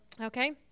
Okay